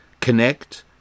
Connect